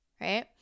right